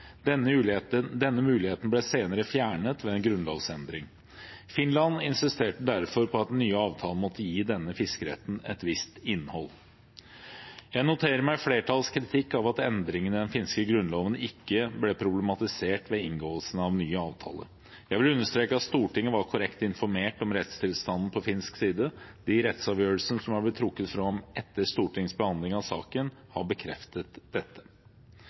Denne muligheten ble senere fjernet ved en grunnlovsendring. Finland insisterte derfor på at den nye avtalen måtte gi denne fiskeretten et visst innhold. Jeg noterer meg flertallets kritikk av at endringene i den finske grunnloven ikke ble problematisert ved inngåelsen av den nye avtalen. Jeg vil understreke at Stortinget var korrekt informert om rettstilstanden på finsk side. Rettsavgjørelsen som er blitt trukket fram etter Stortingets behandling av saken, har bekreftet dette.